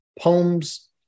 poems